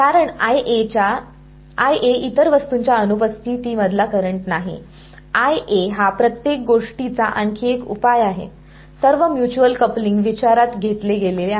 कारण इतर वस्तूंच्या अनुपस्थिती मधला करंट नाही हा प्रत्येक गोष्टीचा आणखी एक उपाय आहे सर्व म्युच्युअल कपलिंग विचारात घेतले गेले आहे